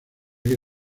que